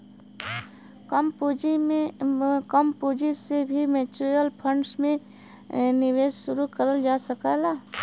कम पूंजी से भी म्यूच्यूअल फण्ड में निवेश शुरू करल जा सकला